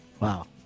Wow